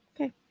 Okay